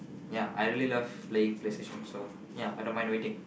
ya I really love playing Play Station so ya I don't mind waiting